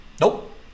nope